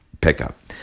pickup